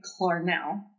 Clarnell